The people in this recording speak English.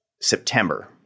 September